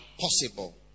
possible